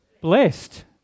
blessed